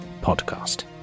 Podcast